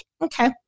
okay